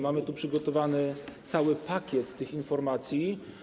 Mamy tu przygotowany cały pakiet informacji.